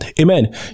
Amen